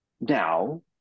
Now